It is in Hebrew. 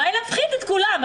די להפחיד את כולם,